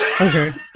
Okay